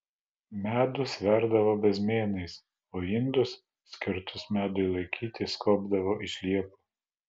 medų sverdavo bezmėnais o indus skirtus medui laikyti skobdavo iš liepų